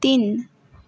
तिन